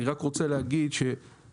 אני רק רוצה לומר שנוצרת